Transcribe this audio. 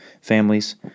families